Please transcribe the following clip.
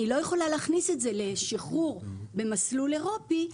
אני לא יכולה להכניס לשחרור במסלול אירופי,